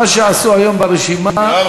מה שעשו היום ברשימה,